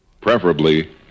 preferably